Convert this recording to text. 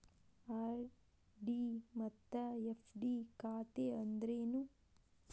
RD ಮತ್ತ FD ಖಾತೆ ಅಂದ್ರೇನು